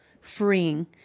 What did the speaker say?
freeing